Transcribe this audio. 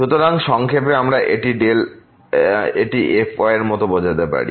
সুতরাং সংক্ষেপে আমরা এটি fyএর মতো বোঝাতে পারি